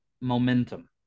momentum